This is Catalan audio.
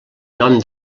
nom